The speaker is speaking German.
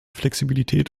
flexibilität